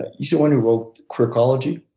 he's the one who wrote quirkology.